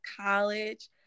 college